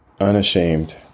unashamed